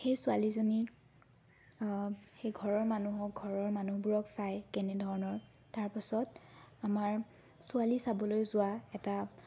সেই ছোৱালীজনীক সেই ঘৰৰ মানুহক ঘৰৰ মানুহবোৰক চাই কেনেধৰণৰ তাৰপাছত আমাৰ ছোৱালী চাবলৈ যোৱা এটা